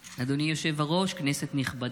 אדוני היושב-ראש, כנסת נכבדה,